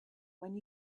when